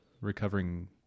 recovering